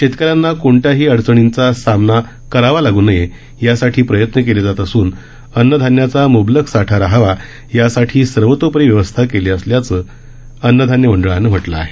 शेतकऱ्यांना कोणत्याही अडचणींचा सामना करावा लागू नये यासाठी प्रयत्न केले जात असून अन्न धान्याचा म्बलक साठा रहावा यासाठी सर्वतोपरी व्यवस्था केली असल्याचं अन्न धान्य मंडळानं म्हटलं आहे